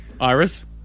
Iris